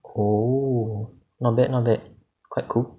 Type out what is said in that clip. oh not bad not bad quite cool